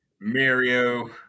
Mario